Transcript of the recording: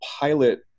pilot